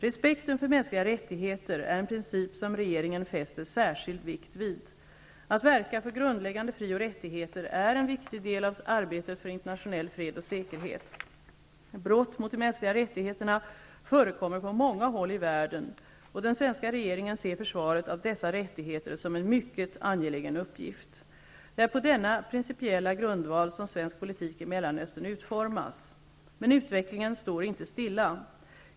Respekten för mänskliga rättigheter är en princip som regeringen fäster särskild vikt vid. Att verka för grundläggande fri och rättigheter är en viktig del av arbetet för internationell fred och säkerhet. Brott mot de mänskliga rättigheterna förekommer på många håll i världen, och den svenska regeringen ser försvaret av dessa rättigheter som en mycket angelägen uppgift. Det är på denna principiella grundval som svensk politik i Mellanöstern utformas. Men utvecklingen står inte stilla.